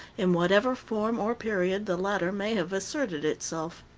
in whatever form or period the latter may have asserted itself.